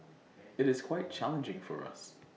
IT is quite challenging for us